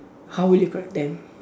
how would you correct them